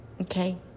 Okay